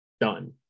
done